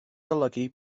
golygu